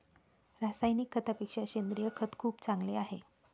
रासायनिक खतापेक्षा सेंद्रिय खत खूप चांगले आहे